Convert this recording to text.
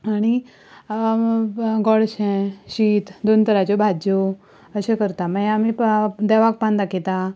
आनी गोडशें शीत दोन तरांच्यो भाज्यो अशें करता मागीर आमी प देवाक पान दाखयता